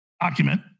document